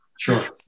Sure